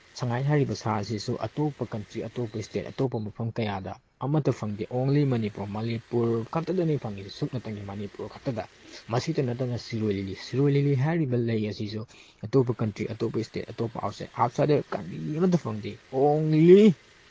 ꯁꯉꯥꯏ ꯍꯥꯏꯔꯤꯕ ꯁꯥ ꯑꯁꯤꯁꯨ ꯑꯇꯣꯞꯞ ꯀꯟꯇ꯭ꯔꯤ ꯑꯇꯣꯞꯄ ꯏꯁꯇꯦꯠ ꯑꯇꯣꯞꯄ ꯃꯐꯝ ꯀꯌꯥꯗ ꯑꯃꯠꯇ ꯐꯪꯗꯦ ꯑꯣꯡꯂꯤ ꯃꯅꯤꯄꯨꯔ ꯃꯅꯤꯄꯨꯔ ꯈꯛꯇꯗꯅꯤ ꯐꯪꯏꯁꯦ ꯁꯨꯞꯅꯇꯒꯤ ꯃꯅꯤꯄꯨꯔ ꯈꯛꯇꯗ ꯃꯁꯤꯇ ꯅꯠꯇꯅ ꯁꯤꯔꯣꯏ ꯂꯤꯂꯤ ꯁꯤꯔꯣꯏ ꯂꯤꯂꯤ ꯍꯥꯏꯔꯤꯕ ꯂꯩ ꯑꯁꯤꯁꯨ ꯑꯇꯣꯞꯄ ꯀꯟꯇ꯭ꯔꯤ ꯑꯇꯣꯞꯄ ꯏꯁꯇꯦꯠ ꯑꯇꯣꯞꯄ ꯑꯥꯎꯠꯁꯥꯏꯠ ꯑꯥꯎꯠꯁꯥꯏꯠꯇ ꯀꯔꯤꯃꯇ ꯐꯪꯗꯦ ꯑꯣꯡꯂꯤ